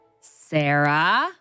Sarah